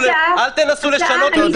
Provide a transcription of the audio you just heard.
אל תנסו לשנות את זה כאילו זה הפוך.